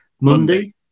Monday